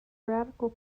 radical